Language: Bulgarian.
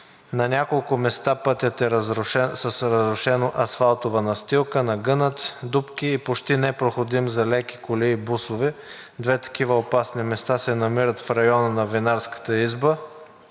на няколко места е с разрушена асфалтова настилка, нагънат, с дупки и почти непроходим за леки коли и бусове. Две такива опасни места се намират в района на винарската изба.